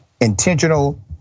Intentional